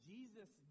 Jesus